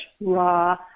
raw